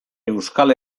euskal